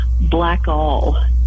Blackall